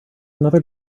another